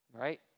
right